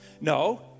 No